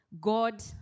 God